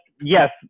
yes